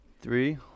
Three